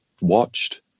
watched